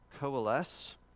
coalesce